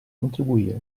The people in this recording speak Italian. contribuire